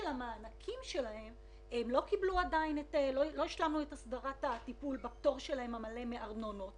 המענקים שלהם לא השלמנו את הסדרת הטיפול בפטור המלא שלהם מארנונות